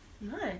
Nice